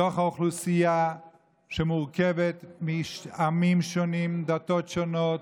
בתוך אוכלוסייה שמורכבת מעמים שונים, דתות שונות,